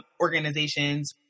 organizations